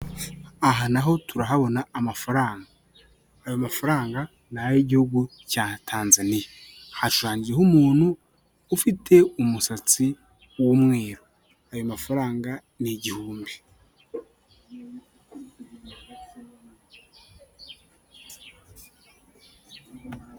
Aha naho turahabona amafaranga, ayo mafaranga ni ay'igihugu cya Tanzania hashushanyijeho umuntu ufite umusatsi w'umweru ayo mafaranga ni igihumbi.